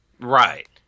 Right